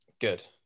Good